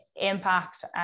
impact